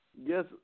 yes –